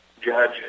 judge